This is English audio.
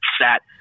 sat